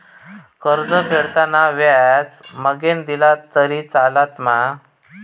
कर्ज फेडताना व्याज मगेन दिला तरी चलात मा?